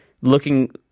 looking